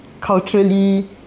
culturally